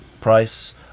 price